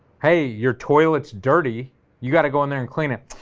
hey your toilets dirty you got to go in there and clean it,